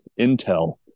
Intel